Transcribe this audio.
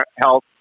health